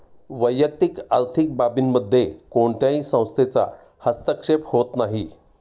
वैयक्तिक आर्थिक बाबींमध्ये कोणत्याही संस्थेचा हस्तक्षेप होत नाही